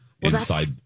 Inside